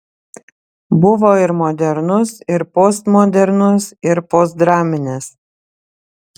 buvo ir modernus ir postmodernus ir postdraminis